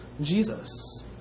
Jesus